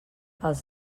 els